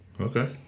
Okay